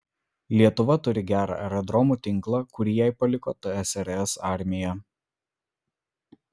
lietuva turi gerą aerodromų tinklą kurį jai paliko tsrs armija